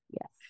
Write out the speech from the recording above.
Yes